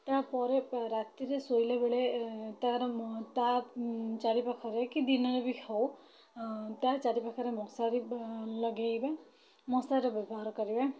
ତା'ପରେ ରାତିରେ ଶୋଇଲାବେଳେ ତା'ର ଚାରିପାଖରେ କି ଦିନରେ ବି ହଉ ତା' ଚାରିପାଖରେ ମଶାରୀ ବା ଲଗାଇବା ମଶାରୀ ବ୍ୟବହାର କରିବା